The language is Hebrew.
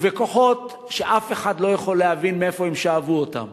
ובכוחות שאף אחד לא יכול להבין מאין הם שאבו אותם,